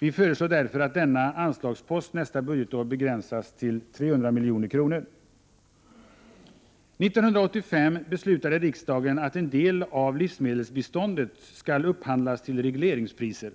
Vi föreslår därför att denna anslagspost nästa budgetår begränsas till 300 milj.kr. 1985 beslutade riksdagen att en del av livsmedelsbiståndet skall upphandlas till regleringspriser.